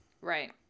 Right